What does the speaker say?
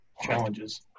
challenges